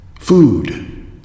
Food